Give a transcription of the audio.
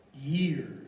years